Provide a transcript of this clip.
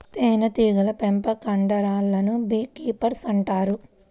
తేనెటీగల పెంపకందారులను bee keepers అంటారు